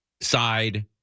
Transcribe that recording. side